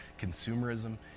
consumerism